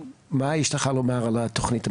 מה יש לך לומר על התכנית המוצעת?